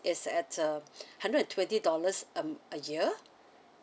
is at uh hundred and twenty dollars um a year